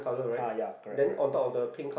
ah ya correct correct